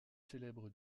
célèbres